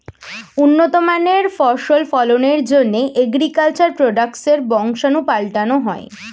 উন্নত মানের ফসল ফলনের জন্যে অ্যাগ্রিকালচার প্রোডাক্টসের বংশাণু পাল্টানো হয়